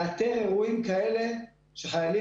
לאתר אירועים כאלה שחייבים